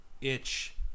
itch